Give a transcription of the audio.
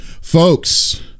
folks